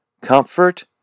Comfort